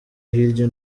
hirya